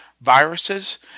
viruses